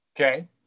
Okay